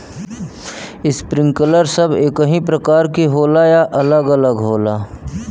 Sprinkler सब एकही प्रकार के होला या अलग अलग होला?